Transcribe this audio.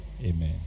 Amen